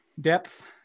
depth